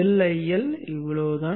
∆IL இவ்வளவுதான்